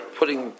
putting